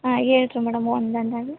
ಹಾಂ ಹೇಳ್ ರಿ ಮೇಡಮ್ ಒಂದೊಂದಾಗಿ